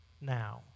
now